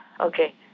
Okay